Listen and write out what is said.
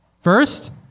first